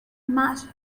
magic